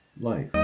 life